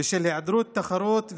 בשל היעדרות תחרות,